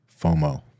FOMO